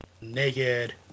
naked